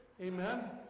Amen